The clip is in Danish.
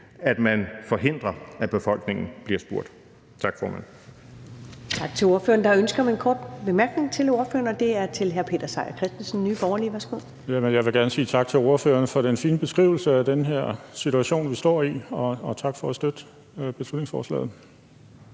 at man forhindrer, at befolkningen bliver spurgt. Tak, formand.